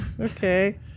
Okay